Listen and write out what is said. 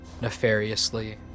nefariously